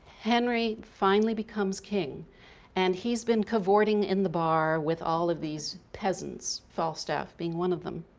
henry finally becomes king and he's been cavorting in the bar with all of these peasants, falstaff being one of them,